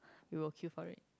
we will queue for it